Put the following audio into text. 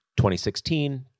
2016